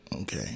Okay